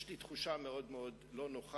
יש לי תחושה מאוד מאוד לא נוחה,